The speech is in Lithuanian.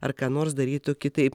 ar ką nors darytų kitaip